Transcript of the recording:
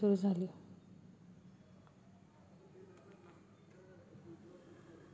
पहिली जोतक फिशरी एकोणीशे सत्तर मध्ये सुरू झाली